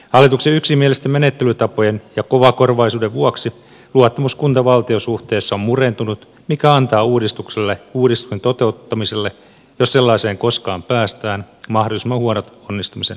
hallituksen ylimielisten menettelytapojen ja kovakorvaisuuden vuoksi luottamus kuntavaltio suhteessa on murentunut mikä antaa uudistuksen toteuttamiselle jos sellaiseen koskaan päästään mahdollisimman huonot onnistumisen lähtökohdat